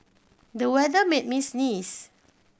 the weather made me sneeze